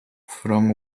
from